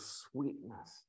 sweetness